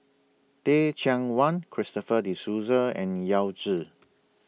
Teh Cheang Wan Christopher De Souza and Yao Zi